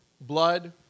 Blood